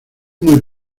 muy